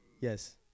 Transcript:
Yes